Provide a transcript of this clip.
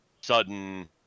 sudden